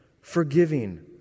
forgiving